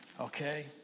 okay